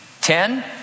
ten